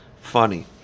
funny